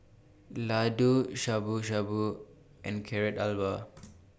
Ladoo Shabu Shabu and Carrot Halwa